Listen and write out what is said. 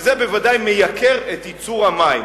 וזה בוודאי מייקר את ייצור המים.